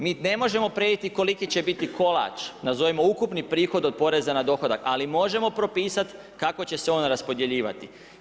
Mi ne možemo predvidjeti koliki će biti kolač, nazovem ukupni prihod od poreza na dohodak, ali možemo propisati kako će se on preraspodjeljivati.